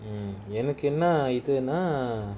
um எனக்குஎன்னஇதுனா:enaku enna idhuna lah